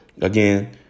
again